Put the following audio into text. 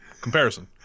Comparison